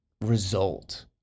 result